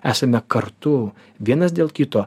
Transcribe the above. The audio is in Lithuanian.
esame kartu vienas dėl kito